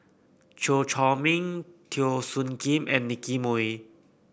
Chew Chor Meng Teo Soon Kim and Nicky Moey